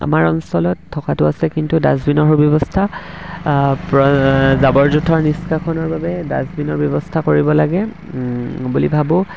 আমাৰ অঞ্চলত থকাটো আছে কিন্তু ডাষ্টবিনৰ সুব্যৱস্থা জাবৰ জোঁথৰ নিষ্কাশনৰ বাবে ডাষ্টবিনৰ ব্যৱস্থা কৰিব লাগে বুলি ভাবোঁ